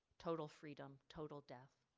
total freedom, total death